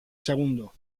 segundo